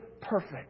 perfect